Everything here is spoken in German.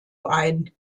ein